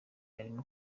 arimo